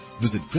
Visit